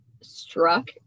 struck